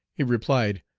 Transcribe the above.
he replied,